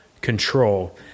control